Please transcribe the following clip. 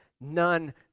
none